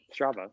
Strava